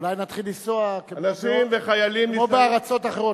אולי נתחיל לנסוע כמו בארצות אחרות,